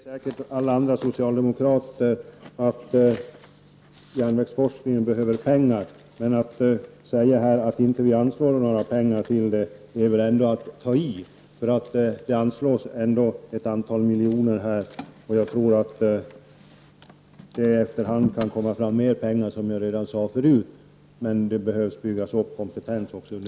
Herr talman! Jag vill bara helt kort säga till Roy Ottosson att jag — och det gäller säkert alla andra socialdemokrater — är fullt medveten om att det behövs pengar till järnvägsforskningen. Att säga att vi inte anslår några pengar är väl ändå att ta i. Det anslås ju här ett antal miljoner. Jag tror att det i efterhand kan komma fram mer pengar, som jag förut sade. Men först är det nödvändigt att en kompetens byggs upp.